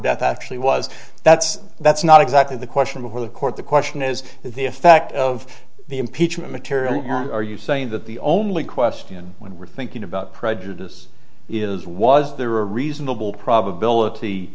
death actually was that's that's not exactly the question before the court the question is the effect of the impeachment material are you saying that the only question when we're thinking about prejudice is was there a reasonable probability